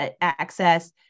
access